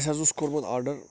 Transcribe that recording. اَسہِ حظ اوس کوٚرمُت آرڑر